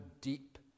deep